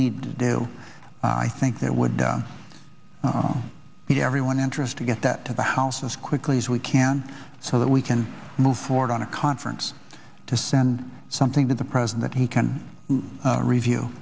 need to do i think there would be everyone interest to get that to the house as quickly as we can so that we can move forward on a conference to send something to the present that he can review